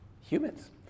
humans